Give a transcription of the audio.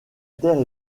terre